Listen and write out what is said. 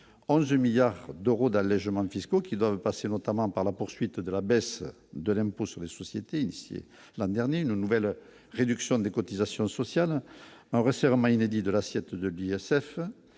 2 milliards d'euros d'allégements fiscaux qui dans le passé, notamment par la poursuite de la baisse de l'impôt sur les sociétés initié l'année dernière, nouvelle réduction des cotisations sociales, un resserrement inédit de l'assiette de l'Yacef